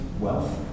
wealth